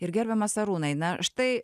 ir gerbiamas arūnai na štai